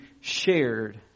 shared